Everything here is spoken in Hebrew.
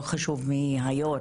לא חשוב מי היו"ר,